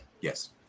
Yes